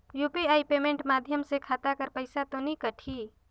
UPI payment माध्यम से खाता कर पइसा तो नी कटही?